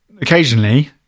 occasionally